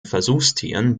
versuchstieren